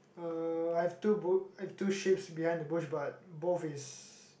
uh I have two book I have two shifts behind the bush but both is